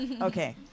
Okay